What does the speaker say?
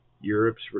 Europe's